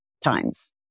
times